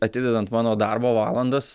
atidedant mano darbo valandas